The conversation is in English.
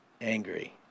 angry